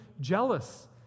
jealous